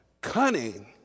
cunning